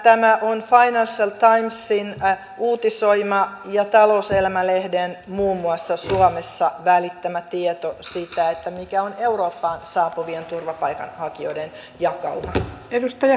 tämä on financial timesin uutisoima ja muun muassa talouselämä lehden suomessa välittämä tieto siitä mikä on eurooppaan saapuvien turvapaikanhakijoiden jakauma